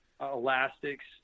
Elastics